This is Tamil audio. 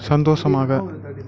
சந்தோஷமாக